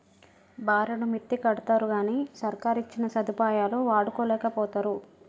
బారెడు మిత్తికడ్తరుగని సర్కారిచ్చిన సదుపాయాలు వాడుకోలేకపోతరు